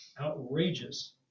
outrageous